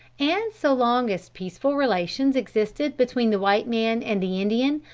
and so long as peaceful relations existed between the white man and the indian,